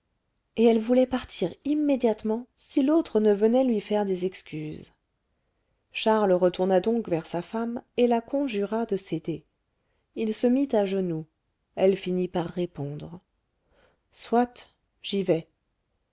et elle voulait partir immédiatement si l'autre ne venait lui faire des excuses charles retourna donc vers sa femme et la conjura de céder il se mit à genoux elle finit par répondre soit j'y vais